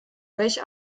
welche